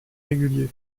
régulier